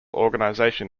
organization